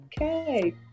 Okay